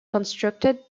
constructed